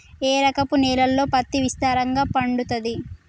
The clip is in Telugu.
ఏ రకపు నేలల్లో పత్తి విస్తారంగా పండుతది?